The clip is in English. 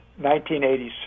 1986